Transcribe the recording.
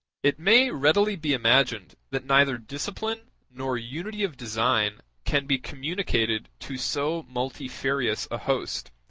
it may readily be imagined that neither discipline nor unity of design can be communicated to so multifarious a host,